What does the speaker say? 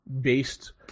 based